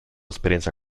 esperienza